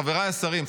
חבריי השרים.